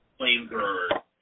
flamethrower